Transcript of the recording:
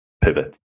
pivot